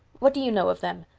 what do you know of them?